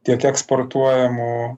tiek eksportuojamų